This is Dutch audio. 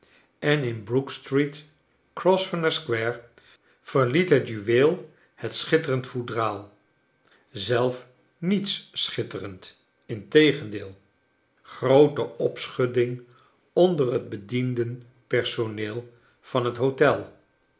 en in brookstreet grosvenor square verliet het juweel het schitterend foudraal zelf niets schitterend integendeel groote opschudding onder het bediendenpersoneel van het hotel